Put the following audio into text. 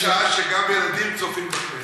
זו שעה שגם ילדים צופים בכנסת.